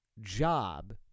job